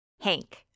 Hank